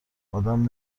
آدم